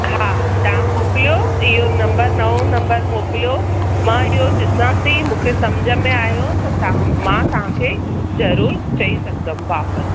हा तव्हां मोकिलियो इहो नंबर नओं नंबर मोकिलियो मां इहो ॾिसां थी मूंखे समुझ में आयो त तव्हां मां तव्हांखे ज़रूरु चई सघंदमि वापसि